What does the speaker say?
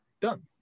done